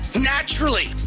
naturally